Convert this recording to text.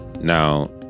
Now